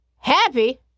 Happy